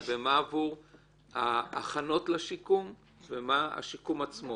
מה עבור ההכנות לשיקום ומה השיקום עצמו.